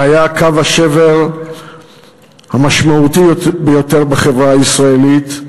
זה היה קו השבר המשמעותי ביותר בחברה הישראלית,